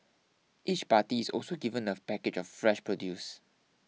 each party is also given a package of fresh produce